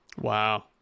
Wow